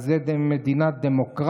אז זו באמת מדינת דמוקרטיה,